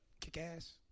Kick-ass